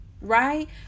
right